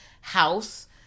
house